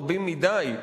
רבים מדי,